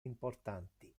importanti